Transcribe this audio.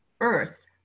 Earth